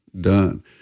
done